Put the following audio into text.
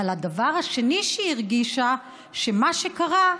אבל הדבר השני שהיא הרגישה הוא שמה שקרה,